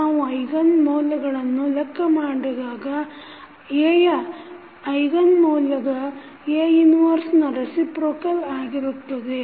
ನಾವು ಐಗನ್ ಮೌಲ್ಯಗಳನ್ನು ಲೆಕ್ಕ ನಾಡಿದಾಗ Aಯ ಐಗನ್ ಮೌಲ್ಯದ A 1ನ ರೆಸಿಪ್ರೊಕಲ್ ಆಗಿರುತ್ತದೆ